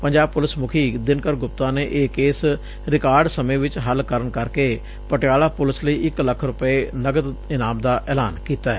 Punjab police ਮੁਖੀ ਦਿਨਕਰ ਗੁਪਤਾ ਨੇ ਇਹ ਕੇਸ ਰਿਕਾਰਡ ਸਮੇਂ ਵਿਚ ਹੱਲ ਕਰਨ ਕਰਕੇ ਪਟਿਆਲਾ ਪੁਲਿਸ ਲਈ ਇਕ ਲੱਖ ਰੁਪੈ ਨਕਦ ਇਨਾਮ ਦਾ ਐਲਾਨ ਕੀਤੈ